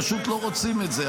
פשוט לא רוצים את זה.